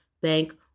bank